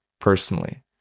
personally